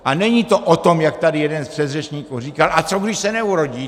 A není to o tom, jak tady jeden z předřečníků říkal a co když se neurodí?